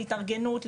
להתארגנות,